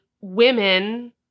women